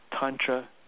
Tantra